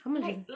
how much is it